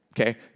okay